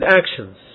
actions